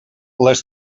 les